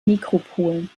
nekropolen